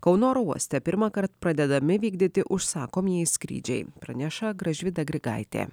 kauno oro uoste pirmąkart pradedami vykdyti užsakomieji skrydžiai praneša gražvyda grigaitė